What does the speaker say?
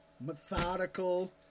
methodical